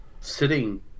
sitting